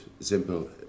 simple